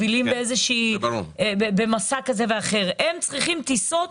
הם צריכים טיסות